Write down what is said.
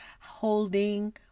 holding